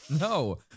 No